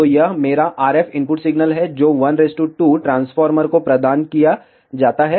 तो यह मेरा RF इनपुट सिग्नल है जो 1 2 ट्रांसफार्मर को प्रदान किया जाता है